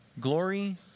glory